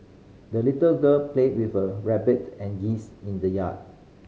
the little girl played with her rabbit and geese in the yard